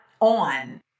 on